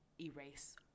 erase